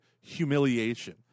humiliation